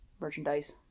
merchandise